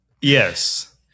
Yes